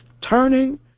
turning